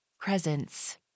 presence